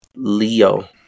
Leo